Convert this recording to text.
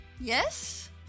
Yes